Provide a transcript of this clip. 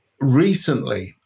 Recently